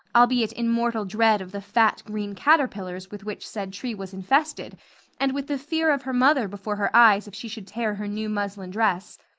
albeit in mortal dread of the fat green caterpillars with which said tree was infested and with the fear of her mother before her eyes if she should tear her new muslin dress,